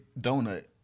donut